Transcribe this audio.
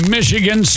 Michigan